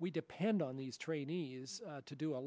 we depend on these trainees to do a